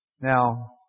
Now